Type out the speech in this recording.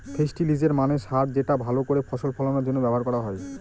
ফেস্টিলিজের মানে সার যেটা ভাল করে ফসল ফলানোর জন্য ব্যবহার করা হয়